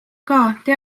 teadlaste